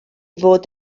fod